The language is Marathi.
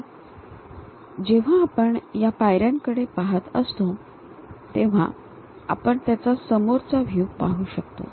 तर जेव्हा आपण या पायऱ्यांकडे पाहत असतो तेव्हा आपण त्याचा समोरचा व्ह्यू पाहू शकतो